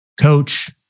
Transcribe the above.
coach